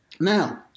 Now